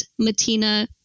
matina